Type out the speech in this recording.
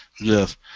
yes